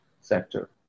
sector